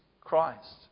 Christ